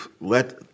let